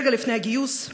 רגע לפני הגיוס,